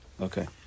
Okay